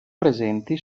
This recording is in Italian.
presenti